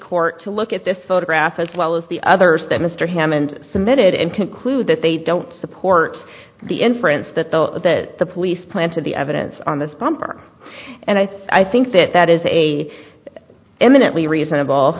court to look at this photograph as well as the others that mr hammond submitted and conclude that they don't support the inference that the that the police planted the evidence on this bumper and i think that that is a eminently reasonable